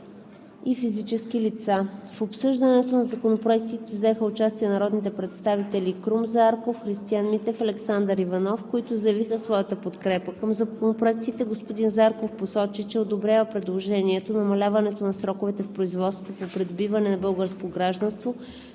и физически лица. В обсъждането на законопроектите взеха участие народните представители Крум Зарков, Христиан Митев и Александър Иванов, които заявиха своята подкрепа за законопроектите. Господин Зарков посочи, че одобрява предложеното намаляване на сроковете в производството по придобиване на българско гражданство,